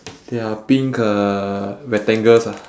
there are pink uh rectangles ah